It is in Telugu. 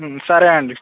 సరే అండి